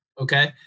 Okay